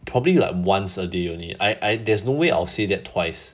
probably like once a day only I I there's no way I'll say that twice